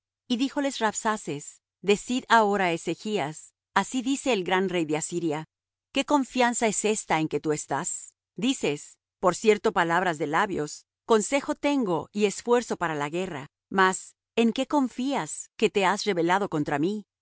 y díjoles rabsaces decid ahora á ezechas así dice el gran rey de asiria qué confianza es esta en que tú estás dices por cierto palabras de labios consejo tengo y esfuerzo para la guerra mas en qué confías que te has rebelado contra mí